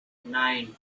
nine